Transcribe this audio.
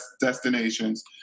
destinations